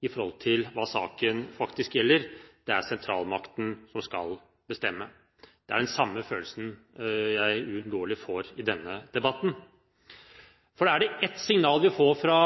i forhold til hva saken faktisk gjelder. Det er sentralmakten som skal bestemme. Det er den samme følelsen jeg uunngåelig får i denne debatten. Er det ett signal vi får fra